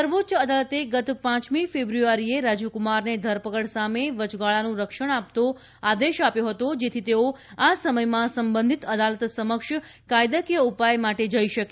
સર્વોચ્ચ અદાલતે ગત પાંચમી ફેબ્રુઆરીએ રાજીવકુમારને ધરપકડ સામે વચગાળાનું રક્ષણ આપતો આદેશ આપ્યો હતો જેથી તેઓ આ સમયમાં સંબંધિત અદાલત સમક્ષ કાયદાકીય ઉપાય માટે જઈ શકે